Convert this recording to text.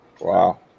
Wow